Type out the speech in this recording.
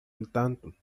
entanto